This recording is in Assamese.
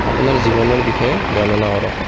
আপোনাৰ জীৱনৰ বিষয়ে বৰ্ণনা কৰক